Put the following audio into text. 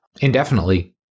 indefinitely